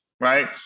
right